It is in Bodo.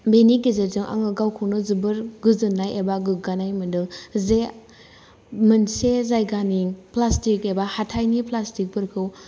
बेनि गेजेरजों आङो गावखौनो जोबोर गोजोननाय एबा गोगानाय मोनदों जे मोनसे जायगानि प्लास्टिक एबा हाथाइनि प्लास्टिकफोरखौ